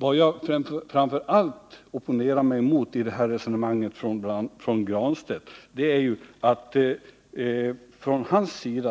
Vad jag framför allt opponerar mig emot i Pär Granstedts resonemang är att det